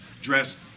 dressed